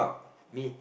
me